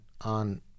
on